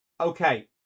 okay